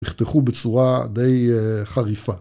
נחתכו בצורה די חריפה.